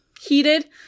heated